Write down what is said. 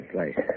place